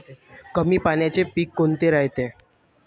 कमी पाण्याचे पीक कोनचे रायते?